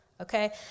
Okay